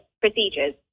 procedures